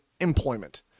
employment